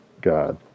God